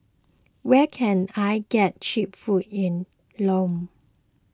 where can I get Cheap Food in Lome